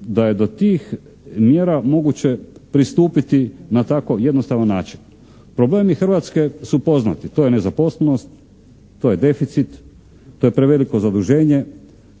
da je do tih mjera moguće pristupiti na tako jednostavan način. Problemi Hrvatske su poznati, to je nezaposlenost, to je deficit, to je preveliko zaduženje,